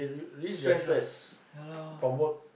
stress ah ya lor